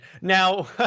Now